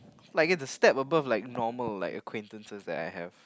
like it's a step above like normal like acquaintances that I have